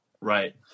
Right